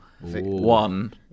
one